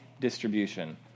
distribution